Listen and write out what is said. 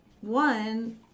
one